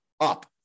up